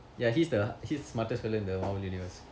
ya he's the he's the smarter fella in the Marvel universe